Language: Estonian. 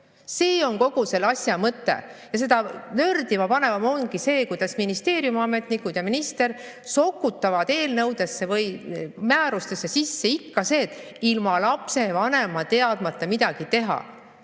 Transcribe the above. See on kogu selle asja mõte. Ja seda nördima panevam ongi see, kuidas ministeeriumi ametnikud ja minister sokutavad eelnõudesse või määrustesse sisse ikka seda, et ilma lapsevanema teadmata midagi teha.